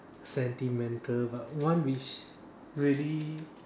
sentimental but one which really